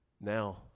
now